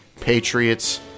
Patriots